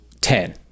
ten